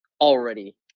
Already